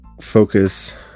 focus